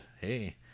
hey